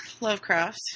Lovecraft